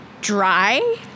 dry